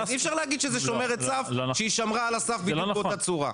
אז אי אפשר להגיד שזה שומרת סף שהיא שמרה על הסף בדיוק באותה צורה.